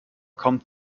kommt